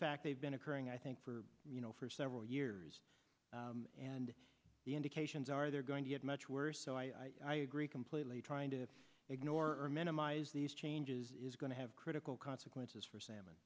fact they've been occurring i think for you know for several years and the indications are they're going to get much worse so i agree completely trying to ignore or minimize these changes is going to have critical consequences for salmon